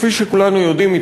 כפי שכולנו יודעים,